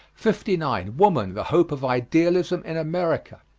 fifty nine. woman the hope of idealism in america.